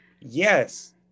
Yes